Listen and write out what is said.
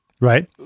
Right